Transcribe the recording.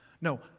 No